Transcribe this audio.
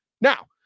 Now